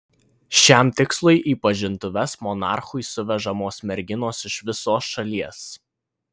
šiam tikslui į pažintuves monarchui suvežamos merginos iš visos šalies